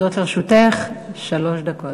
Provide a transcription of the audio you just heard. עומדות לרשותך שלוש דקות.